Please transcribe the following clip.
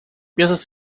piezas